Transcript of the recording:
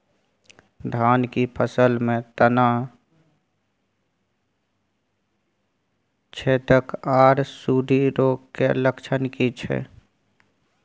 धान की फसल में तना छेदक आर सुंडी रोग के लक्षण की छै?